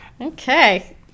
Okay